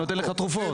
שנותן לך תרופות.